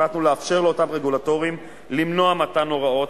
החלטנו לאפשר לאותם רגולטורים למנוע מתן הוראות,